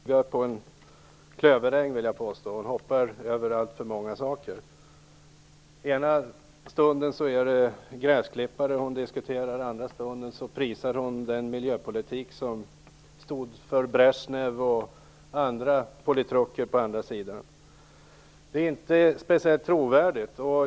Herr talman! Gudrun Lindvall verkar vara som en kalv på en klöveräng. Hon hoppar över alltför många saker. Ena stunden är det gräsklippare hon diskuterar, andra stunden prisar hon den miljöpolitik som stod för Brezjnev och andra politruker på den sidan. Det är inte speciellt trovärdigt.